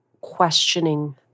questioning